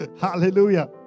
Hallelujah